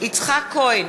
יצחק כהן,